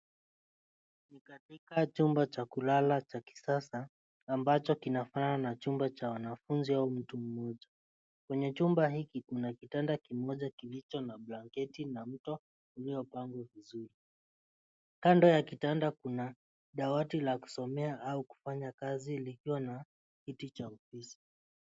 Ni katika chumba cha kulala cha sasa ambacho kinafanana na cha wanafunzi au mtu mmoja. Kwenye chumba hiki kuna kitanda kimoja kiicho na blanketi na mto uliopangwa vizuri. Kando ya kitanda kuna dawati la kusomea au kufanya kazi likiwa na kiti cha ofisi.